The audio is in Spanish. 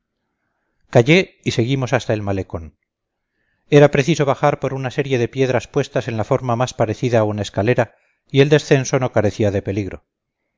callé y seguimos hasta el malecón era preciso bajar por una serie de piedras puestas en la forma más parecida a una escalera y el descenso no carecía de peligro